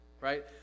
Right